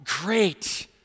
great